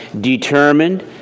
determined